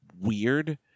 weird